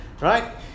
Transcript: Right